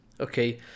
okay